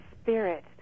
spirit